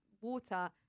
water